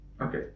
okay